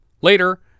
Later